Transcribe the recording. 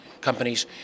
companies